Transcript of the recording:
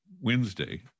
Wednesday